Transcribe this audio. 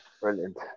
Brilliant